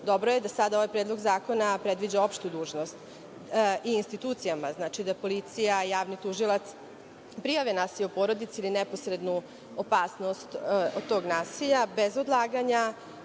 Dobro je da sada ovaj predlog zakon predviđa opštu dužnost i institucijama, znači, da policija, javni tužioc prijavi nasilje u porodici ili neposrednu opasnost od tog nasilja, bez odlaganja,